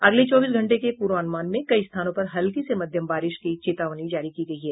अगले चौबीस घंटे के पूर्वानुमान में कई स्थानों पर हल्की से मध्यम बारिश की चेतावनी जारी की गयी है